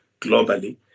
globally